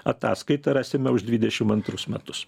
ataskaita rasime už dvidešimt antrus metus